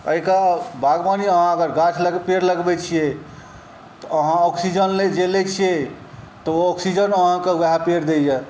एहिके बागवानी अगर अहाँ गाछ पेड़ लगबै छिए तऽ अहाँ ऑक्सीजन जे लै छिए तऽ ओ ऑक्सीजन अहाँके वएह पेड़ दैए